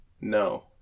No